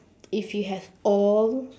if you have all